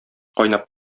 кайнап